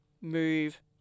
move